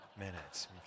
minutes